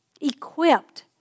equipped